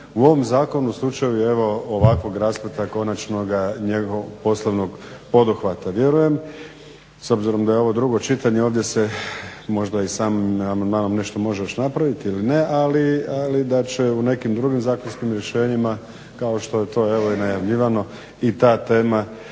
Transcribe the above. u ovom zakonu u slučaju evo ovakvog raspleta konačnoga njegovog poslovnog poduhvata? Vjerujem, s obzirom da je ovo drugo čitanje, ovdje se možda i samim amandmanom nešto može još napraviti ili ne, ali da će u nekim drugim zakonskim rješenjima kao što je to evo i najavljivano i ta tema